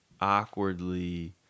awkwardly